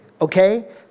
okay